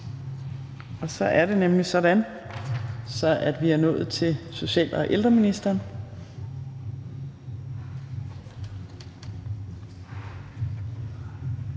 Så er det nemlig sådan, at vi er nået til social- og ældreministeren.